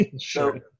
Sure